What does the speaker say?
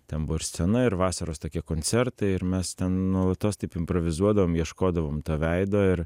ten buvo ir scena ir vasaros tokie koncertai ir mes ten nuolatos taip improvizuodavom ieškodavom to veido ir